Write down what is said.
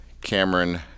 Cameron